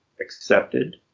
accepted